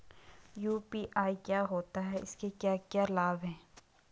UPI क्या होता है इसके क्या क्या लाभ हैं?